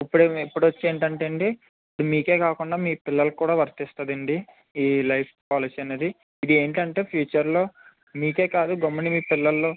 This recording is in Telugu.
ఇప్పుడేమి ఇప్పుడ వచ్చి ఏంటంటే అండి మీకే కాకుండా మీ పిల్లలకి కూడా వర్తిస్తుంది అండి ఈ లైఫ్ పాలసీ అనేది ఇది ఏంటి అంటే ఫ్యూచర్లో మీకే కాదు గమ్ముని మీ పిల్లల్లో